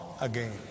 again